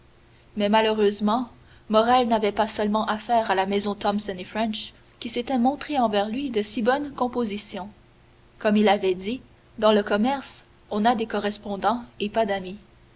mais malheureusement morrel n'avait pas seulement affaire à la maison thomson et french qui s'était montrée envers lui de si bonne composition comme il l'avait dit dans le commerce on a des correspondants et pas d'amis